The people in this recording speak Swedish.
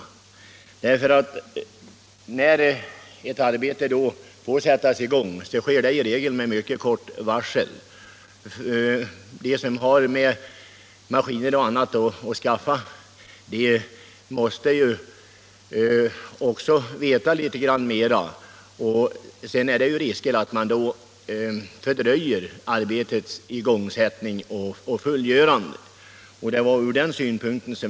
Beskedet att ett arbete får sättas i gång lämnas i många fall med mycket kort varsel. De som har med maskiner och annat att skaffa måste veta litet mera, och då uppstår risken att arbetets igångsättning fördröjs.